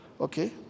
Okay